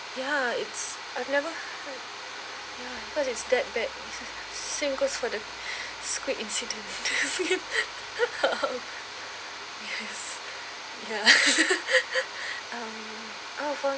ya it's I've never ya because it's that bad same goes for the squid incident yes ya um ah for